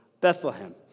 Bethlehem